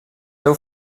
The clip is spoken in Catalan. féu